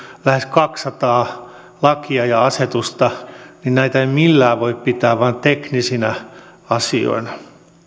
lähes kaksisataa lakia ja asetusta ei millään voi pitää vain teknisinä asioina